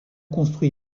construit